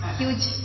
huge